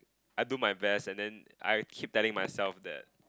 I do my best and then I keep telling myself that